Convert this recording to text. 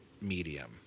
medium